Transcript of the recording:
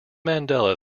mandela